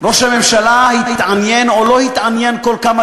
ראש הממשלה התעניין או לא התעניין כל כמה